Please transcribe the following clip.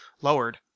lowered